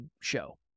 show